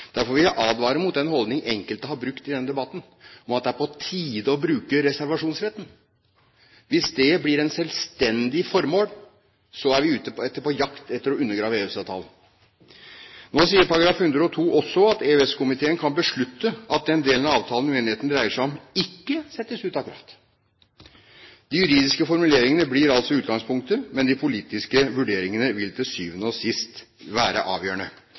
Derfor vil jeg advare mot den holdning enkelte har hatt i denne debatten, at det er på tide å bruke reservasjonsretten. Hvis det blir et selvstendig formål, er vi på jakt etter å undergrave EØS-avtalen. Nå sier artikkel 102 også at EØS-komiteen kan beslutte at den delen av avtalen som uenigheten dreier seg om, ikke settes ut av kraft. De juridiske formuleringene blir altså utgangspunktet, men de politiske vurderingene vil til syvende og sist være avgjørende.